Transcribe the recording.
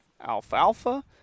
alfalfa